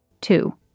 Two